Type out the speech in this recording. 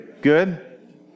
Good